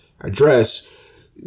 address